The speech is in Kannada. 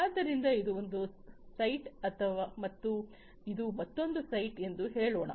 ಆದ್ದರಿಂದ ಇದು ಒಂದು ಸೈಟ್ ಮತ್ತು ಇದು ಮತ್ತೊಂದು ಸೈಟ್ ಎಂದು ಹೇಳೋಣ